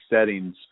settings